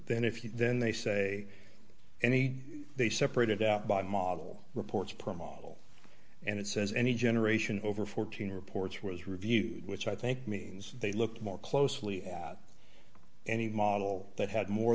then if you then they say any they separated out by model reports promotable and it says any generation over fourteen reports was reviewed which i think means they looked more closely at any model that had more